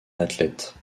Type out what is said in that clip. athlète